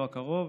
לא הקרוב,